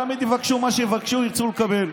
תמיד יבקשו מה שיבקשו, ירצו לקבל.